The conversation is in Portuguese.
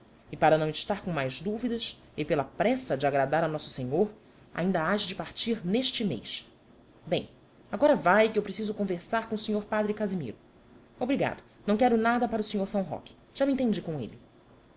e para não estar com mais dúvidas e pela pressa de agradar a nosso senhor ainda hás de partir neste mês bem agora vai que eu preciso conversar com o senhor padre casimiro obrigado não quero nada para o senhor são roque já me entendi com ele